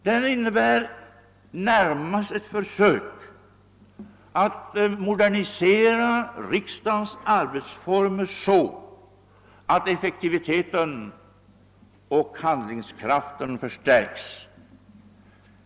Reformen innebär närmast ett försök att modernisera riksdagens arbetsformer så att effektiviteten och handlingskraften förstärks.